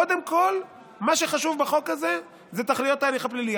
קודם כול מה שחשוב בחוק הזה זה תכליות ההליך הפלילי.